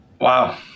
Wow